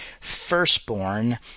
firstborn